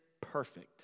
perfect